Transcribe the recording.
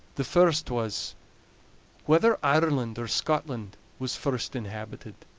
the first was whether ireland or scotland was first inhabited?